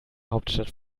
hauptstadt